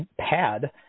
pad